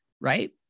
Right